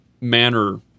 manner